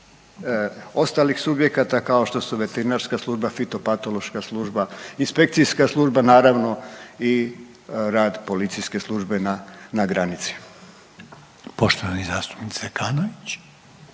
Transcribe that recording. ostalih subjekata kao što su veterinarska služba, fitopatološka služba, inspekcijska služba, naravno i rad policijske službe na granici.